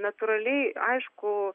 natūraliai aišku